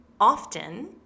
often